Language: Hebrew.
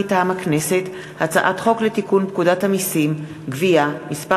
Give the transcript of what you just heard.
מטעם הכנסת: הצעת חוק לתיקון פקודת המסים (גבייה) (מס'